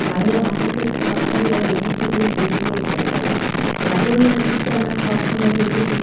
বাংলা ভাষার ক্ষেত্রে সবথেকে বড় ঐতিহ্যপূর্ণ দেশ হলো ব্যাকরণ ব্যাকরণের ক্ষেত্রে আমরা সবসময় দেখেছি